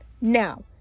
Now